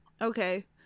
Okay